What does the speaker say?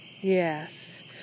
yes